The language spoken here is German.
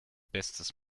bestes